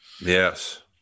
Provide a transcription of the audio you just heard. Yes